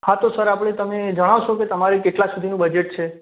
હા તો સર આપણે તમે જણાવશો કે તમારે કેટલાં સુધીનું બજેટ છે